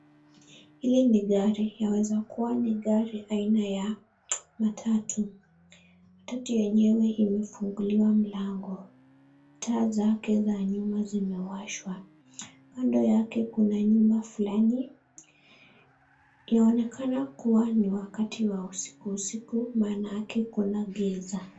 Hili ni gari, inaweza kuwa ni gari aina ya matatu. Matatu yenyewe imefuguliwa mlango. Taa zake za nyuma zimewashwa. Kando yake kuna nyumba fulani. Inaonekana kuwa ni wakati wa usiku maanake kuna giza.